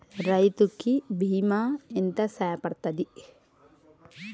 రైతు కి బీమా ఎంత సాయపడ్తది?